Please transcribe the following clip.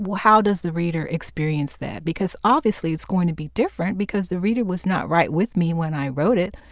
how does the reader experience that? because, obviously, it's going to be different because the reader was not right with me when i wrote it.